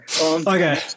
Okay